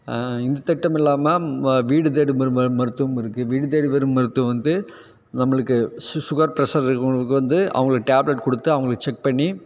இந்த திட்டம் இல்லாமல் வீடு தேடி வரும் வரும் மருத்துவம் இருக்குது வீடு தேடி வரும் மருத்துவம் வந்து நம்மளுக்கு சு சுகர் ஃப்ரஷர் இருக்கிறவங்களுக்கு வந்து அவர்களுக்கு டேப்லெட் கொடுத்து அவங்களை செக் பண்ணி